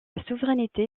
souveraineté